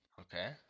Okay